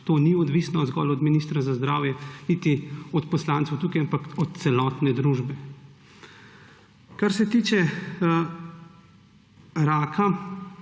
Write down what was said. To ni odvisno zgolj od ministra za zdravje niti od poslancev tukaj, ampak od celotne družbe. Kar se tiče raka,